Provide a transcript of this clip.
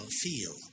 feel